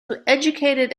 educated